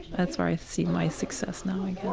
that's where i see my success now. i